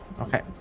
Okay